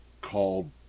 called